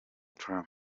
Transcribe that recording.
trump